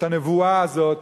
את הנבואה הזאת,